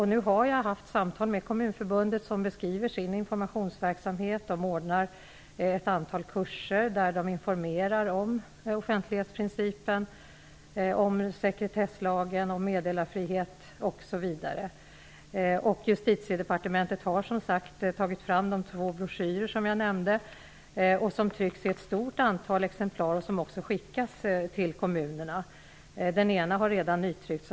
Jag har haft samtal med Kommunförbundet och man har beskrivit sin informationsverksamhet. Man ordnar ett antal kurser och informerar om offentlighetsprincipen, sekretesslagen, meddelarfriheten osv. Justitiedepartementet har tagit fram de två broschyrer som jag nämnde. De trycks i ett stort antal exemplar som också skickas till kommunerna. Den ena har redan nytryckts.